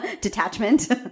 detachment